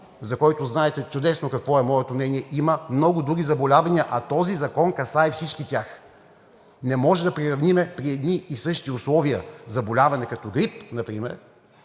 за който знаете чудесно какво е моето мнение, има много други заболявания, а този закон касае всички тях. Не може да приравним при едни и същи условия заболяване, като грип например,